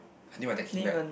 I think when they came back